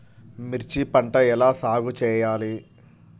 మిర్చి పంట ఎలా సాగు చేయాలి?